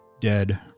dead